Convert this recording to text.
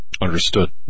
Understood